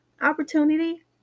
Opportunity